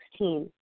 2016